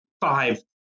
Five